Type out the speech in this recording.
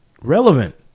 Relevant